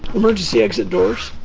emergency exit doors.